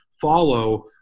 follow